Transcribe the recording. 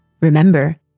Remember